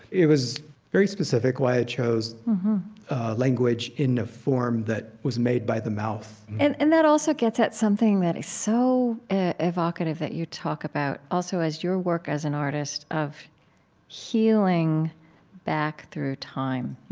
it was very specific, why i chose language in the form that was made by the mouth and and that also gets at something that is so ah evocative that you talk about, also as your work as an artist, of healing back through time